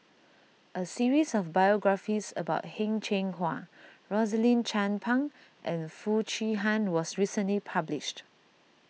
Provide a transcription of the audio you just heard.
a series of biographies about Heng Cheng Hwa Rosaline Chan Pang and Foo Chee Han was recently published